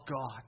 God